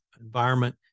environment